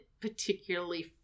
particularly